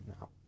now